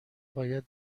باید